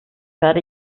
werde